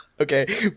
Okay